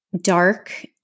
dark